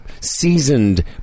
seasoned